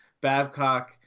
Babcock